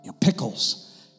Pickles